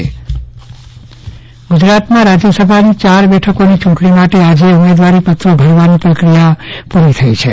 ચંદ્રવદન પટ્ટણી રાજ્યસભા ઉમેદવારી ગુજરાતમાં રાજ્યસભાનીચાર બેઠકોની ચૂંટણી માટે આજે ઉમેદવારીપત્રો ભરવાની પ્રક્રિયા પુરી થઈ છે